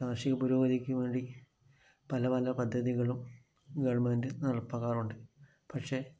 കാർഷിക പുരോഗതിക്കു വേണ്ടി പല പല പദ്ധതികളും ഗവൺമെൻ്റ് നടപ്പാക്കാറുണ്ട് പക്ഷേ